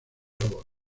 labor